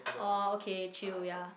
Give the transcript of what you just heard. orh okay chill ya